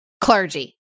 Clergy